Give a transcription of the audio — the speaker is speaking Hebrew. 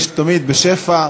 יש תמיד, בשפע.